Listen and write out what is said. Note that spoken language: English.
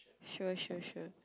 sure sure sure